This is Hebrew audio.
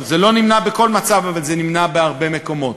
זה לא נמנע בכל מצב, אבל זה נמנע בהרבה מקומות.